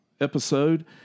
episode